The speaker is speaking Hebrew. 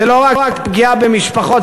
זה לא רק פגיעה במשפחות,